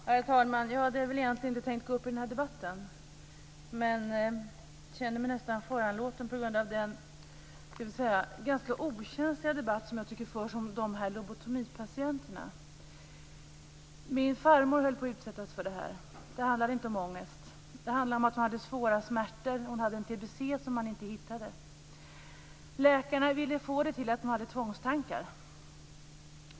Herr talman! Egentligen hade jag inte tänkt gå upp i den här debatten men jag känner mig nästan föranlåten att göra det på grund av den ganska okänsliga debatt som jag tycker förs om lobotomipatienterna. Min farmor höll på att utsättas för detta. Det handlar inte om ångest, utan det handlar om att hon hade svåra smärtor. Hon hade nämligen en tbc som man inte hittade. Läkarna ville få det till att min farmor hade tvångstankar.